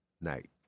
night